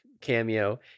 cameo